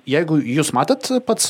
jeigu jūs matot pats